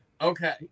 Okay